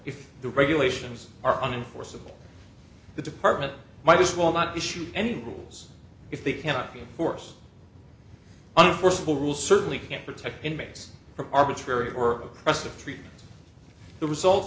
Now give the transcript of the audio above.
if the regulations are unforeseeable the department might as well not issue any rules if they cannot be in force unforeseeable rule certainly can't protect inmates from arbitrary or oppressive treatment the result